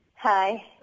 Hi